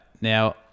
Now